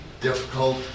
difficult